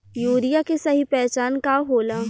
Urea के सही पहचान का होला?